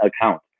account